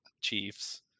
chiefs